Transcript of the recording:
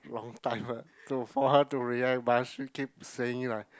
long time ah so for how to react but she keep saying ah